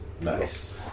Nice